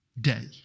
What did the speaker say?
day